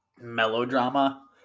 melodrama